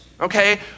okay